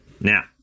Now